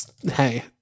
Hey